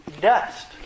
Dust